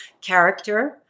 character